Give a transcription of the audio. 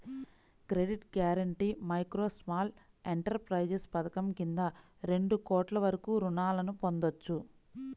credit guarantee micro, small enterprises పథకం కింద రెండు కోట్ల వరకు రుణాలను పొందొచ్చు